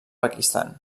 pakistan